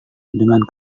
dengan